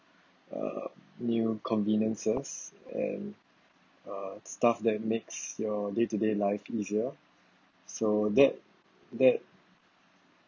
uh new conveniences and uh stuff that makes your day to day life easier so that that